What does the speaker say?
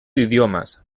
idiomas